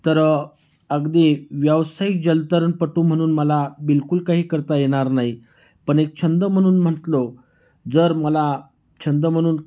तर अगदी व्यावसायिक जलतरणपटू म्हणून मला बिलकुल काही करता येणार नाही पण एक छंद म्हणून म्हटलो जर मला छंद म्हणून